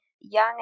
Young